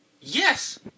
Yes